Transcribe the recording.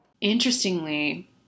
Interestingly